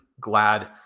glad